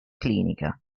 clinica